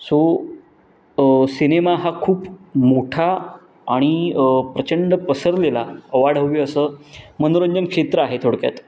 so cinema हा खूप मोठा आणि प्रचंड पसरलेला अवाढव्य असं मनोरंजन क्षेत्र आहे थोडक्यात